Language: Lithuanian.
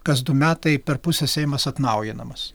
kas du metai per pusę seimas atnaujinamas